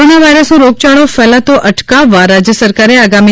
corona વાયરસનો રોગયાળો ફેલાતો અટકાવવા રાજય સરકારે આગામી